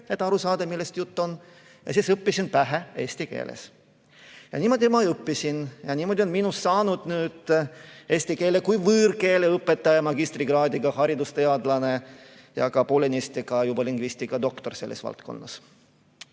et aru saada, millest jutt on, ja siis õppisin pähe eesti keeles. Ja niimoodi ma õppisin ja niimoodi on minust saanud eesti keele kui võõrkeele õpetaja, magistrikraadiga haridusteadlane ja poolenisti juba ka lingvistikadoktor selles valdkonnas.